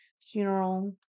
funeral